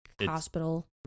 hospital